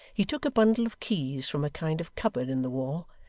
he took a bundle of keys from a kind of cupboard in the wall,